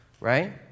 right